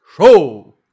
show